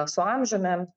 su amžiumi